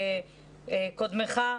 קודמך.